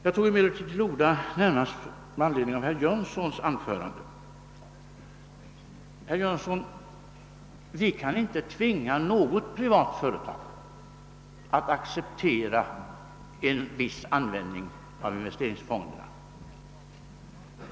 Jag tog emellertid närmast till orda med anledning av herr Jönssons i Ingemarsgården anförande. Herr Jönsson! Vi kan inte tvinga något privat företag att acceptera en viss användning av investeringsfonderna.